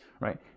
right